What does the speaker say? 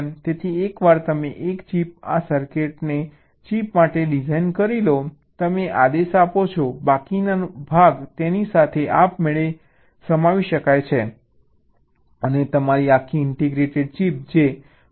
તેથી એકવાર તમે એક ચિપ આ સર્કિટને ચિપ માટે ડિઝાઇન કરી લો તમે આદેશ આપો છો બાકીનો ભાગ તેની સાથે આપમેળે સમાવી શકાય છે અને તમારી આખી ઇન્ટિગ્રેટેડ ચિપ જે હવે 1149